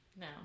No